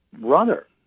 runner